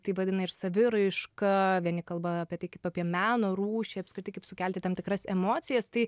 tai vadina ir saviraiška vieni kalba apie tai kaip apie meno rūšį apskritai kaip sukelti tam tikras emocijas tai